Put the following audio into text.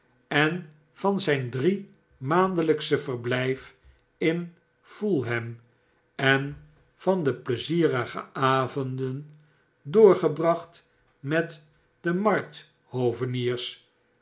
en van zyn driemaandeljjksch verblyf in fulham en van de pleizierige avonden doorgebracht met de